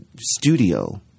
studio